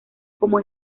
como